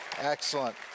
Excellent